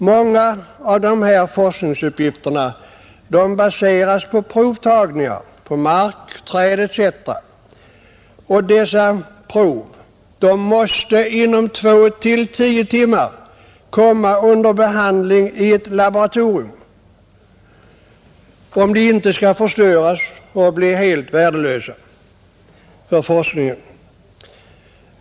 Många av dess forskningsuppgifter baseras på provtagningar på mark, träd etc, Dessa prov måste inom två—tio timmar komma under behandling i ett laboratorium om de inte skall förstöras och bli helt värdelösa för forskningen.